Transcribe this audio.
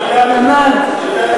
אגבאריה, כנ"ל.